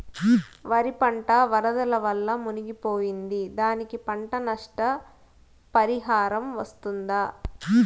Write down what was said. వరి పంట వరదల వల్ల మునిగి పోయింది, దానికి పంట నష్ట పరిహారం వస్తుందా?